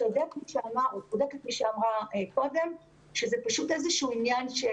צודקת מי שאמרה קודם שזה פשוט עניין של